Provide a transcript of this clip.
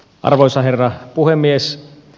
arvoisa herra puhemies